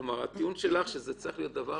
כלומר, הטיעון שלך שזה צריך להיות דבר